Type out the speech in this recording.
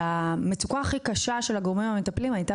והמצוקה הכי קשה של הגורמים המטפלים הייתה